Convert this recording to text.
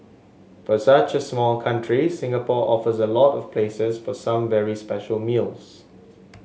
for such a small country Singapore offers a lot of places for some very special meals